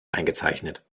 eingezeichnet